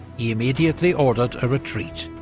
he immediately ordered a retreat.